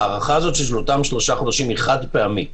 ההארכה של אותם שלושה חודשים היא חד-פעמית.